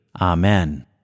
Amen